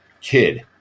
kid